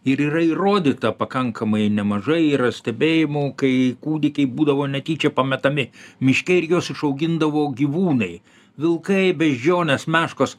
ir yra įrodyta pakankamai nemažai yra stebėjimų kai kūdikiai būdavo netyčia pametami miške ir juos išaugindavo gyvūnai vilkai beždžionės meškos